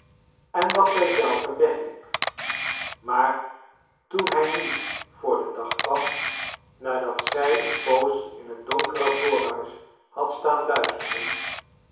en dat zij zelve wegliep maar toen hij niet voor den dag kwam nadat zij een poos in het donkere voorhuis had staan luisteren